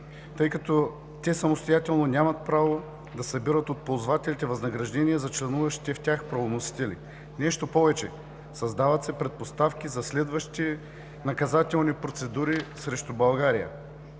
тъй като те самостоятелно нямат право да събират от ползвателите възнаграждения за членуващите в тях правоносители. Нещо повече, създават се предпоставки за следващи наказателни процедури срещу България.